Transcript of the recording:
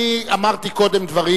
אני אמרתי קודם דברים,